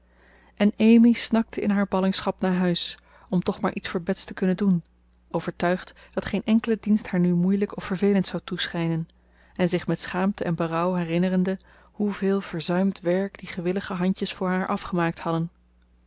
en amy snakte in haar ballingschap naar huis om toch maar iets voor bets te kunnen doen overtuigd dat geen enkele dienst haar nu moeilijk of vervelend zou toeschijnen en zich met schaamte en berouw herinnerende hoeveel verzuimd werk die gewillige handjes voor haar afgemaakt hadden